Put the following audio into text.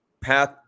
path